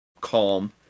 calm